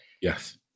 Yes